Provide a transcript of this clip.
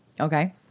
Okay